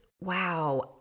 wow